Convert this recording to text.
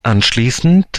anschließend